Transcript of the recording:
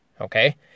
okay